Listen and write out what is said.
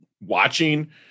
watching